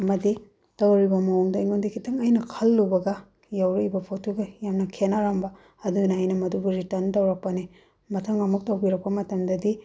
ꯑꯃꯗꯤ ꯇꯧꯔꯤꯕ ꯃꯑꯣꯡꯗꯣ ꯑꯩꯉꯣꯟꯗ ꯈꯤꯇꯪ ꯑꯩꯅ ꯈꯜꯂꯨꯕꯒ ꯌꯧꯔꯛꯏꯕ ꯄꯣꯠꯇꯨꯒ ꯌꯥꯝꯅ ꯈꯦꯠꯅꯔꯝꯕ ꯑꯗꯨꯅ ꯑꯩꯅ ꯃꯗꯨꯕꯨ ꯔꯤꯇꯟ ꯇꯧꯔꯛꯄꯅꯤ ꯃꯊꯪ ꯑꯃꯨꯛ ꯇꯧꯕꯤꯔꯛꯄ ꯃꯇꯝꯗꯗꯤ